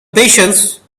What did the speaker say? patience